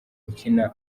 ukina